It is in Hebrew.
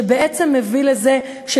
שבעצם מביא לזה ש,